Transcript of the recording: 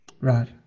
Right